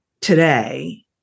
today